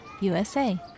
USA